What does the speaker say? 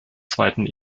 zweiten